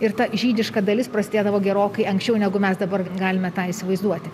ir ta žydiška dalis prasidėdavo gerokai anksčiau negu mes dabar galime tą įsivaizduoti